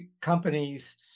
companies